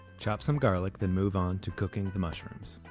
chop some garlic then move on to cooking the mushrooms.